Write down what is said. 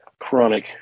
chronic